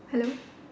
hello